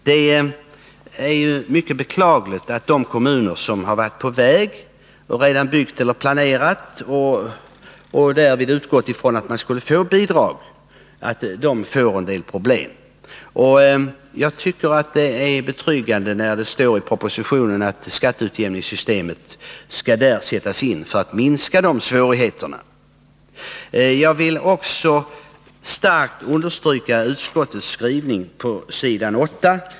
Det är mycket beklagligt att de kommuner som redan byggt eller planerat och därvid utgått ifrån att de kan erhålla bidrag nu får en del problem. Jag tycker att det är betryggande att det i propositionen står att skatteutjämningssystemet skall sättas in för att minska dessa svårigheter. Jag vill också starkt understryka utskottets skrivning på s. 8.